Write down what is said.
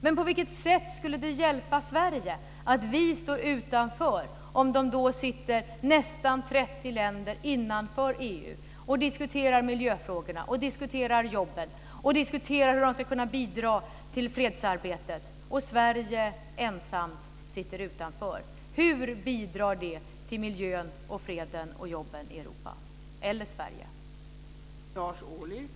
Men på vilket sätt skulle det hjälpa Sverige att vi står utanför om nästan 30 länder sitter innanför EU och diskuterar miljöfrågorna, jobben, diskuterar hur de ska kunna bidra till fredsarbetet och Sverige ensamt sitter utanför? Hur bidrar det till miljön, freden och jobben i Europa eller Sverige?